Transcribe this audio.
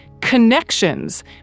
connections